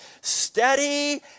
steady